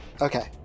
Okay